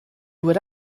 would